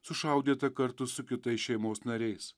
sušaudyta kartu su kitais šeimos nariais